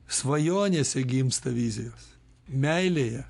svajonėse gimsta vizijos meilėje